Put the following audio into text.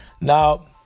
Now